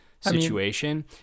situation